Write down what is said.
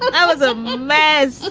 i was a mess.